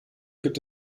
gibt